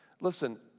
Listen